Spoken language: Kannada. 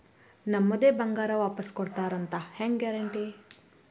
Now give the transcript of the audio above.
ನಮ್ಮದೇ ಬಂಗಾರ ವಾಪಸ್ ಕೊಡ್ತಾರಂತ ಹೆಂಗ್ ಗ್ಯಾರಂಟಿ?